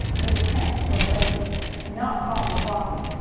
for the tramp was lazy and not fond of walking.